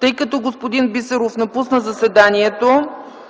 Тъй като господин Бисеров напусна заседанието,